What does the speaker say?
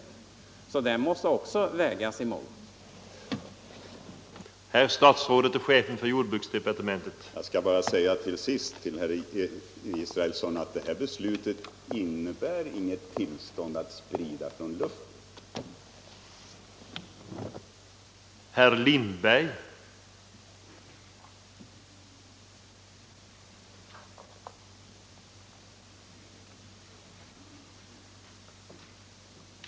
Den synpunkten måste också vägas mot andra krav.